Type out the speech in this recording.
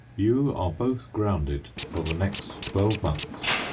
you are both grounded for the next twelve months.